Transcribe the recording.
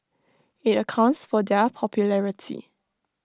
IT accounts for their popularity